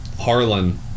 Harlan